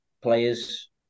players